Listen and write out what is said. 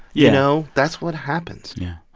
you know, that's what happens yeah.